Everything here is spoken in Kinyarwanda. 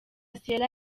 sierra